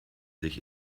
sich